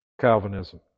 Calvinism